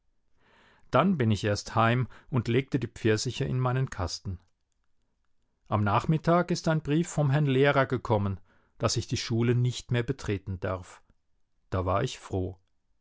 dann bin ich erst heim und legte die pfirsiche in meinen kasten am nachmittag ist ein brief vom herrn lehrer gekommen daß ich die schule nicht mehr betreten darf da war ich froh